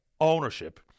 ownership